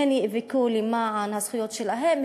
הן ייאבקו למען הזכויות שלהן,